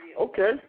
Okay